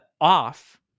off